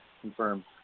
Confirm